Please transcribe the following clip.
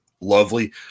lovely